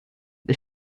the